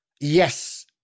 yes